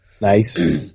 Nice